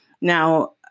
Now